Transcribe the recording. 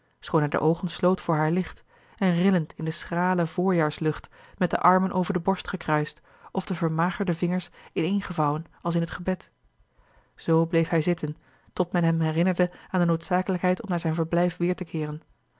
hij de oogen sloot voor haar licht en rillend in de schrale voorjaarslucht met de armen over de borst gekruist of de vermagerde vingers ineengevouwen als in t gebed z bleef hij zitten tot men hem herinnerde aan de noodzakelijkheid om naar zijn verblijf weêr te keeren